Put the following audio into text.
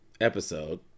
episode